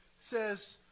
says